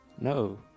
no